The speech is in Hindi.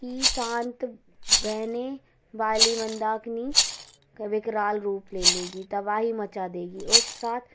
कि शांत बहने वाली मंदाकिनी का विक्राल रूप ले लेगी तबाही मचा देगी उस रात